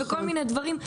וכל מיני דברים.